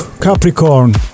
Capricorn